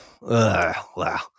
Wow